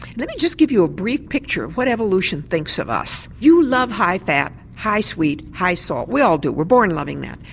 let me just give you a brief picture of what evolution thinks of us. you love high fat, high sweet, high salt we all do, we're born loving that.